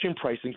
pricing